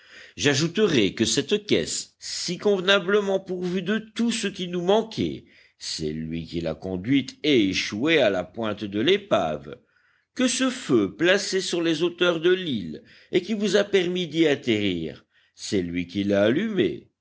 j'ajouterai que cette caisse si convenablement pourvue de tout ce qui nous manquait c'est lui qui l'a conduite et échouée à la pointe de l'épave que ce feu placé sur les hauteurs de l'île et qui vous a permis d'y atterrir c'est lui qui l'a allumé